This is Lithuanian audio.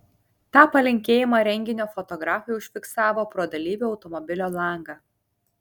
tą palinkėjimą renginio fotografai užfiksavo pro dalyvių automobilio langą